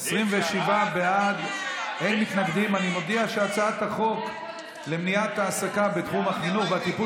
ההצעה להעביר את הצעת חוק למניעת העסקה בתחום החינוך והטיפול